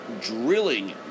drilling